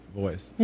voice